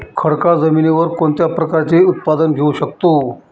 खडकाळ जमिनीवर कोणत्या प्रकारचे उत्पादन घेऊ शकतो?